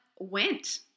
Went